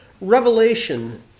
revelation